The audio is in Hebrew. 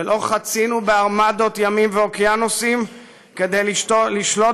ולא חצינו בארמדות ימים ואוקיינוסים כדי לשלוט